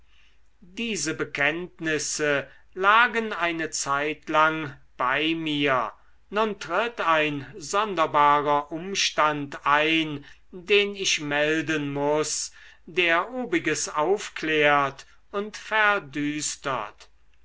diese bekenntnisse lagen eine zeitlang bei mir nun tritt ein sonderbarer umstand ein den ich melden muß der obiges aufklärt und verdüstert